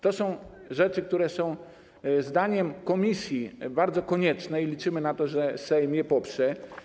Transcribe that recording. To są sprawy, które są - zdaniem komisji - konieczne i liczymy na to, że Sejm je poprze.